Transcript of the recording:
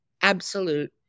absolute